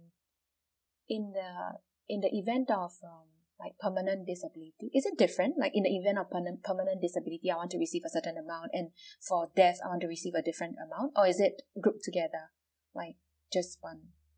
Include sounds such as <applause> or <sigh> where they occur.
in the in the event of um like permanent disability is it different like in the event of pernen~ permanent disability I want to receive a certain amount and <breath> for death I want to receive a different amount or is it group together like just one